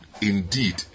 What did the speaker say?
indeed